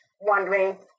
wondering